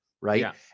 right